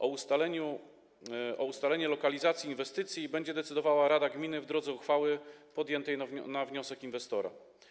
O ustaleniu lokalizacji inwestycji będzie decydowała rada gminy, w drodze uchwały podjętej na wniosek inwestora.